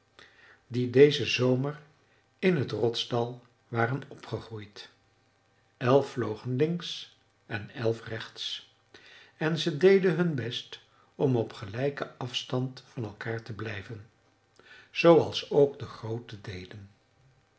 die dezen zomer in het rotsdal waren opgegroeid elf vlogen links en elf rechts en ze deden hun best om op gelijken afstand van elkaar te blijven zooals ook de groote deden